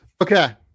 Okay